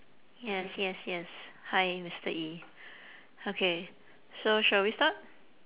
yes yes yes hi mister E okay so shall we start